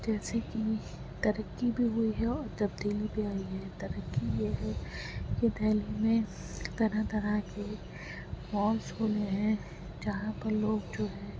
جیسے کہ ترقی بھی ہوئی ہے اور تبدیلی بھی آئی ہے ترقی یہ ہے کہ دہلی میں طرح طرح کے مالس کھلے ہیں جہاں پر لوگ جو ہے